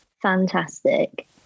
Fantastic